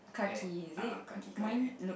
eh a'ah khaki coloured hat